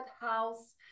house